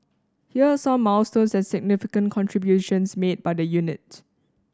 here are some milestones and significant contributions made by the unit